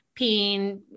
peeing